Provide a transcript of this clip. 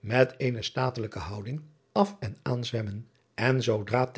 met eene statelijke houding af en aan zwemmen en zoodra